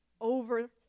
over